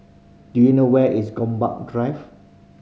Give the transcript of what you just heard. do you know where is Gombak Drive